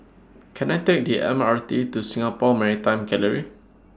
Can I Take The M R T to Singapore Maritime Gallery